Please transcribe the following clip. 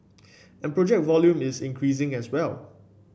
and project volume is increasing as well